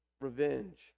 revenge